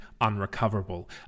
unrecoverable